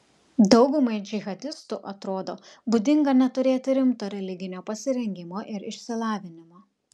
daugumai džihadistų atrodo būdinga neturėti rimto religinio pasirengimo ir išsilavinimo